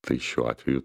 tai šiuo atveju